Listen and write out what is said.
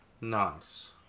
Nice